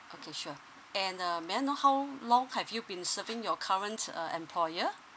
okay sure and uh may I know how long have you been serving your current uh employer